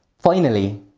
finally,